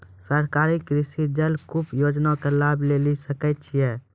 सरकारी कृषि जलकूप योजना के लाभ लेली सकै छिए?